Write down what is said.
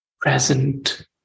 present